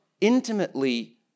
intimately